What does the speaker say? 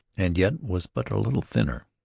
and yet was but little thinner.